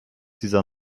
dieser